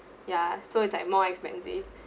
ya so it's like more expensive